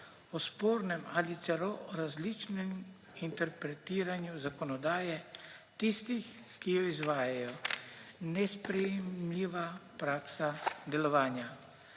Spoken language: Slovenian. o spornem ali celo različnem interpretiranju zakonodaje tistih, ki jo izvajajo, nesprejemljiva praksa delovanja.